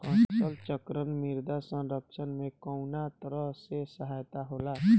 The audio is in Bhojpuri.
फसल चक्रण मृदा संरक्षण में कउना तरह से सहायक होला?